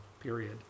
period